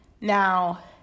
Now